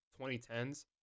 2010s